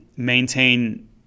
maintain